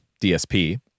DSP